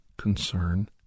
Concern